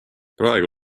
praegu